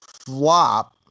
Flop